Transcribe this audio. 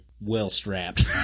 well-strapped